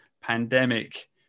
pandemic